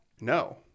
No